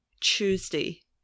tuesday